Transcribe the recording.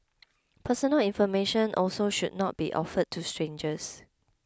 personal information also should not be offered to strangers